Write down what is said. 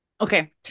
Okay